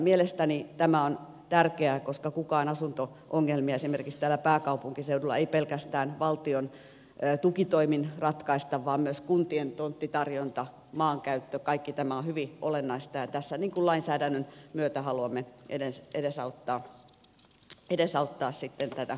mielestäni tämä on tärkeää koska kukaan asunto ongelmia esimerkiksi täällä pääkaupunkiseudulla ei pelkästään valtion tukitoimin ratkaise vaan myös kuntien tonttitarjonta maankäyttö kaikki tämä on hyvin olennaista ja tässä lainsäädännön myötä haluamme edesauttaa tätä maapolitiikan hoitoa